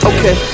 Okay